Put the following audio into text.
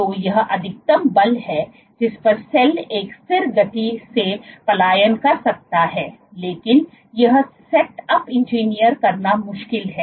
तो यह अधिकतम बल है जिस पर सेल एक स्थिर गति से पलायन कर सकता है लेकिन यह सेटअप इंजीनियर करना मुश्किल है